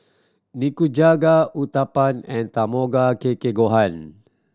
Nikujaga Uthapam and Tamago Kake Gohan